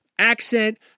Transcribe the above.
Accent